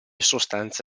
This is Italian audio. sostanze